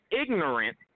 ignorant